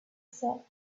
said